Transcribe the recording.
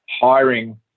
hiring